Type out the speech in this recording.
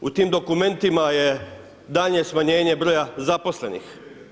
U tim dokumentima je daljnje smanjenje broja zaposlenih.